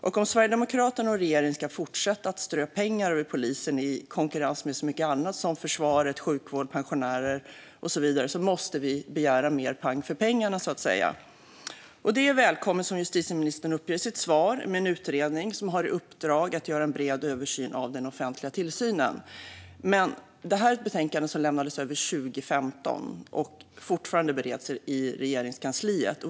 Om Sverigedemokraterna och regeringen ska fortsätta att strö pengar över polisen i konkurrens med så mycket annat som försvar, sjukvård, pensionärer och så vidare måste vi begära mer pang för pengarna, så att säga. Det är välkommet med den utredning som justitieministern nämner i sitt svar och som har i uppdrag att göra en bred översyn av den offentliga tillsynen. Men det finns också ett betänkande som överlämnades 2015 och fortfarande bereds i Regeringskansliet.